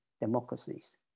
democracies